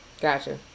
gotcha